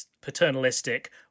paternalistic